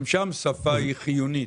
גם שם השפה היא חיונית.